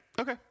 Okay